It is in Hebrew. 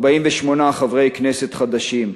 48 חברי כנסת חדשים.